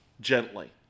gently